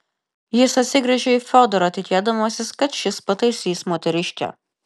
jis atsigręžė į fiodorą tikėdamasis kad šis pataisys moteriškę